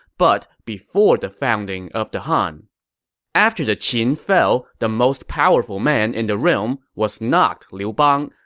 but before the founding of the han after the qin fell, the most powerful man in the realm was not liu bang,